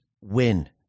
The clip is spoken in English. win